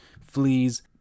fleas